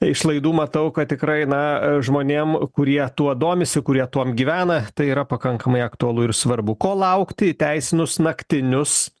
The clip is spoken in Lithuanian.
iš laidų matau kad tikrai na žmonėm kurie tuo domisi kurie tuom gyvena tai yra pakankamai aktualu ir svarbu ko laukti įteisinus naktinius